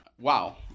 wow